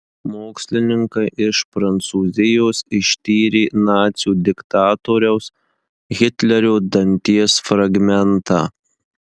mokslininkai iš prancūzijos ištyrė nacių diktatoriaus hitlerio danties fragmentą